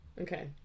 Okay